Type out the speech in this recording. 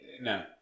No